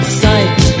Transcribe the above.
sight